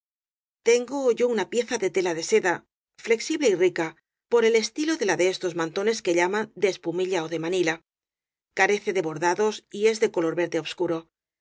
tengo yo una pieza de tela de seda flexible y rica por el estilo de la de estos mantones que llaman de espumilla ó de manila carece de bordados y es de color verde obscuro